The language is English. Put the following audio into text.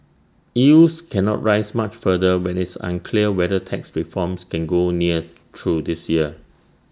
yields cannot rise much further when it's unclear whether tax reforms can go near through this year